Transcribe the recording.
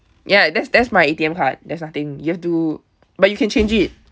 ya that's that's my A_T_M card there's nothing you have to but you can change it